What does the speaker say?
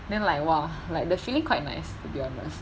then like !wah! like the feeling quite nice to be honest